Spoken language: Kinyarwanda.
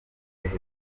bihe